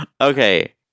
Okay